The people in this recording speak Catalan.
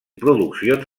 produccions